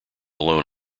loan